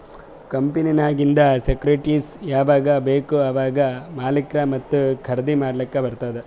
ಕಂಪನಿನಾಗಿಂದ್ ಸೆಕ್ಯೂರಿಟಿಸ್ಗ ಯಾವಾಗ್ ಬೇಕ್ ಅವಾಗ್ ಮಾರ್ಲಾಕ ಮತ್ತ ಖರ್ದಿ ಮಾಡ್ಲಕ್ ಬಾರ್ತುದ್